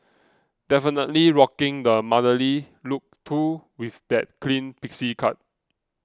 definitely rocking the motherly look too with that clean pixie cut